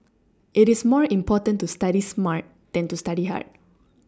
it is more important to study smart than to study hard